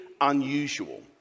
unusual